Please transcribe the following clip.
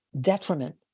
detriment